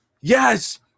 Yes